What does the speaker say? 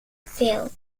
phil